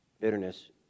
Bitterness